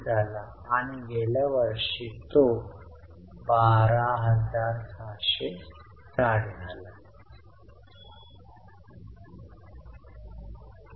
हे बँकेच्या बदलाशी जुळते म्हणजे आपले स्टेटमेंटबरोबर आहे